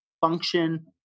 function